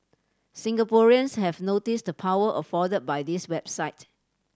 Singaporeans have noticed the power afforded by this website